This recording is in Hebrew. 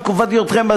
בתקופת היותכם,